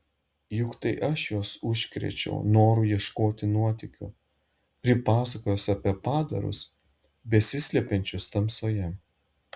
juk tai aš juos užkrėčiau noru ieškoti nuotykių pripasakojęs apie padarus besislepiančius tamsoje